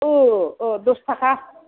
अ अ दस थाखा